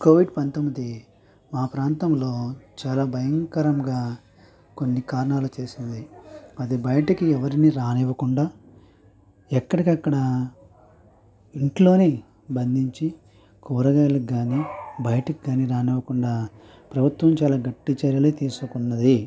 Covid పంతొమ్మిది మా ప్రాంతంలో చాలా భయంకరంగా కొన్ని కారణాలు చేసింది అది బయటికి ఎవరిని రానివ్వకుండా ఎక్కడికి అక్కడ ఇంట్లోనే బంధించి కూరగాయలకు కానీ బయటికి కానీ రానివ్వకుండా ప్రభుత్వం చాలా గట్టి చర్యలు తీసుకున్నది